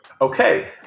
Okay